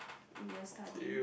in your studying